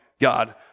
God